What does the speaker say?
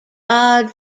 god